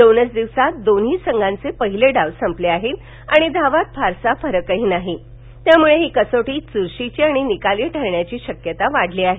दोनच दिवसात दोन्ही संघांचे पहिले डाव संपले आहेत आणि धावांत फरकही फारसा नाही त्यामुळे ही कसोटी चुरशीची आणि निकाली ठरण्याची शक्यता वाढली आहे